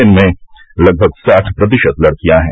इनमें लगभग साठ प्रतिशत लड़कियां हैं